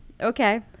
okay